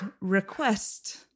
request